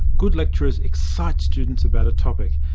good lecturers excite students about a topic,